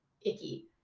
icky